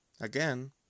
Again